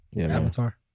Avatar